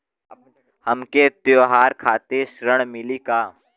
हमके त्योहार खातिर ऋण मिली का?